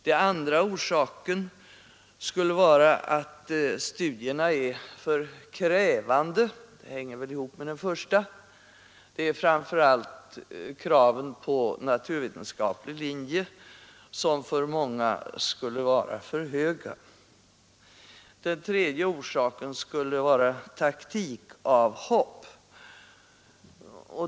Den andra orsaken skulle vara att studierna är för krävande — den hänger väl ihop med den första. Det är framför allt kraven på naturvetenskaplig linje som för många skulle vara alltför höga. Den tredje orsaken skulle vara taktikavhopp.